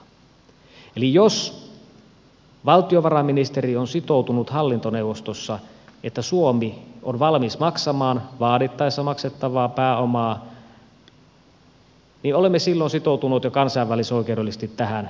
eli jos valtiovarainministeri on sitoutunut hallintoneuvostossa että suomi on valmis maksamaan vaadittaessa maksettavaa pääomaa niin olemme silloin sitoutuneet jo kansainvälisoikeudellisesti tähän maksuun